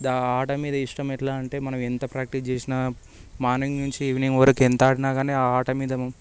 దా ఆట మీద ఇష్టం ఎట్లా అంటే మనం ఎంత ప్రాక్టీస్ చేసినా మార్నింగ్ నుంచి ఈవినింగ్ వరకు ఎంత ఆడినా కానీ ఆ ఆట మీద